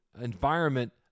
environment